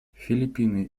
филиппины